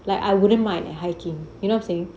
like I wouldn't mind hiking you know what I'm saying